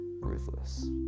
ruthless